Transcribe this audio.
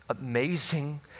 amazing